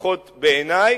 לפחות בעיני,